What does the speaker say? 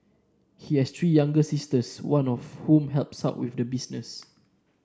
he has three younger sisters one of whom helps out with the business